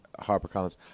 HarperCollins